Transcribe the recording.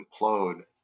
implode